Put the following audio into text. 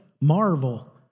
marvel